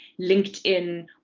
LinkedIn